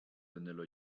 vanilla